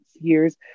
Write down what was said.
years